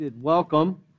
Welcome